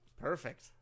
Perfect